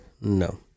No